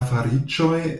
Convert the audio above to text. fariĝoj